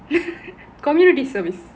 community service